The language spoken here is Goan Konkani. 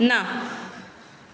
ना